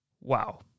Wow